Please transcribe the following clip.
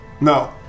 No